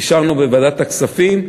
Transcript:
אישרנו בוועדת הכספים,